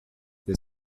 the